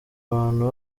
abantu